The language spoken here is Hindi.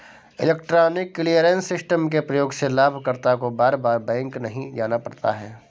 इलेक्ट्रॉनिक क्लीयरेंस सिस्टम के प्रयोग से लाभकर्ता को बार बार बैंक नहीं जाना पड़ता है